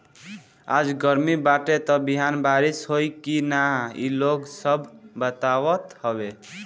आज गरमी बाटे त बिहान बारिश होई की ना इ लोग सब बतावत हवे